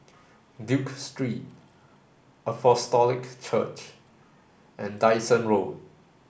Duke Street Apostolic Church and Dyson Road